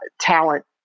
talent